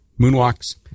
Moonwalks